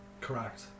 Correct